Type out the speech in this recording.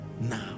now